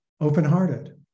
open-hearted